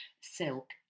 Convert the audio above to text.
Silk